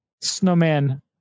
snowman